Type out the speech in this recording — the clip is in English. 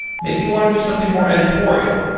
maybe you want to do something more editorial.